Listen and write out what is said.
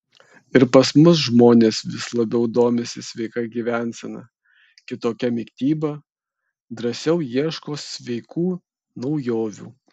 ir pas mus žmonės vis labiau domisi sveika gyvensena kitokia mityba drąsiau ieško sveikų naujovių